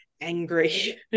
angry